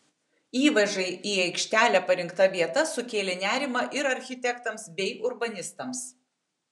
įvažai į aikštelę parinkta vieta sukėlė nerimą ir architektams bei urbanistams